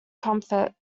comfort